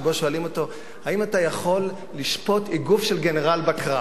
שבו שואלים אותו: האם אתה יכול לשפוט איגוף של גנרל בקרב?